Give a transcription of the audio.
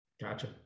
Gotcha